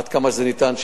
עד כמה שזה ניתן,